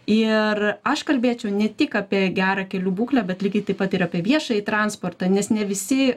ir aš kalbėčiau ne tik apie gerą kelių būklę bet lygiai taip pat ir apie viešąjį transportą nes ne visi